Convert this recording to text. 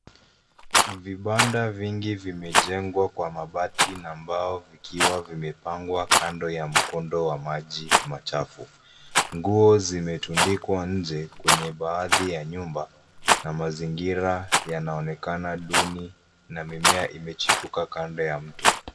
Vibanda vingi vimejengwa kwa mabati na mbao vikiwa vimepangwa kando ya mkondo wa maji machafu. Nguo zimetundikwa nje kwenye baadhi ya nyumba na mazingira yanaonekana duni na mimea imechipuka kando ya mto.